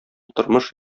тормыш